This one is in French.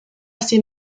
ces